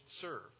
serve